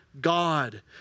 God